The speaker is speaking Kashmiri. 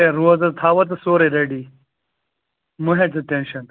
اے روز حظ تھاو حظ ژٕ سورُے ریڈی مہٕ ہیٚے ژٕ ٹٮ۪نٛشَن